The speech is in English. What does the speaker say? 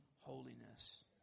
holiness